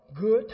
Good